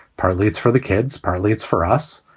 partly it's for the kids. partly it's for us.